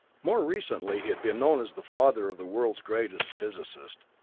more recently he had been known as the father of the world's greatest physicist.